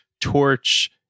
torch